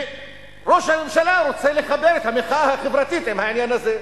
וראש הממשלה רוצה לחבר את המחאה החברתית עם העניין הזה.